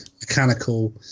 mechanical